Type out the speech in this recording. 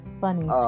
funny